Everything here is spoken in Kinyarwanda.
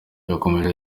yakomeje